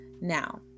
Now